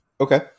Okay